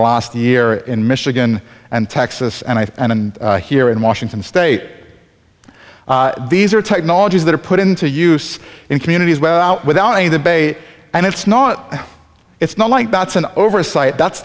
last year in michigan and texas and i and and here in washington state these are technologies that are put into use in communities where out with out in the bay and it's not it's not like that's an oversight that's